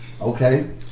Okay